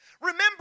Remember